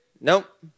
Nope